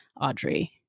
Audrey